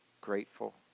grateful